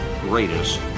greatest